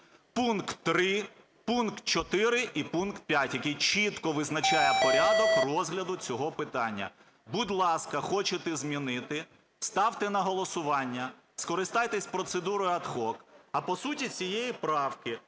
пункт 3, пункт 4 і пункт 5, який чітко визначає порядок розгляду цього питання. Будь ласка, хочете змінити, ставте на голосування, скористайтеся процедурою ad hoc. А по суті цієї правки,